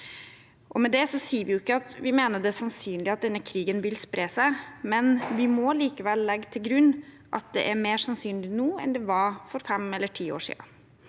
vi mener det er sannsynlig at denne krigen vil spre seg, men vi må likevel legge til grunn at det er mer sannsynlig nå enn det var for fem eller ti år siden.